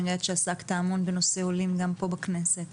אני יודעת שעסקת המון בנושא עולים גם פה בכנסת.